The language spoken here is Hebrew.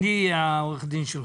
אני עורך הדין שלך.